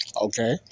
Okay